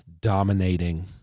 dominating